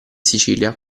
sicilia